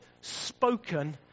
spoken